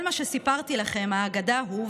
כל מה שסיפרתי לכם אגדה הוא,